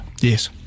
Yes